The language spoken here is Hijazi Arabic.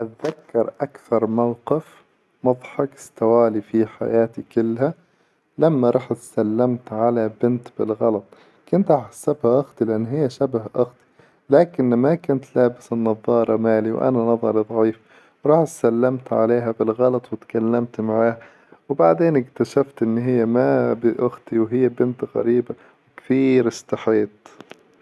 أذكر أكثر موقف مظحك استوى لي في حياتي كلها، لما رحت سلمت على بنت بالغلط كنت أحسبها أختي، لأن هي شبه أختي، لكن ما كنت لابس النظارة مالي وأنا نظري ظعيف رحت سلمت عليها بالغلط وتكلمت معاها، وبعدين اكتشفت إن هي ما بأختي وهي بنت غريبة كثير استحيت.